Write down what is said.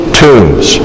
tombs